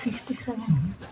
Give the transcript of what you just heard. sixty seven